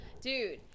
Dude